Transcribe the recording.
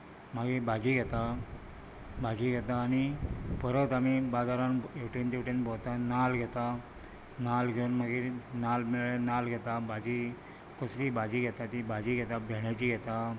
मागीर भाजी घेता भाजी घेता आनी परत आमी बाजारांत हेवटेन तेवटेन भोंवतात आनी नाल्ल घेतात नाल्ल घेवन मागीर नाल्ल मेळ्ळे नाल्ल घेतात भाजी कसलीय भाजी घेतात भेंड्यांची घेतात